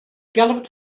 galloped